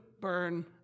burn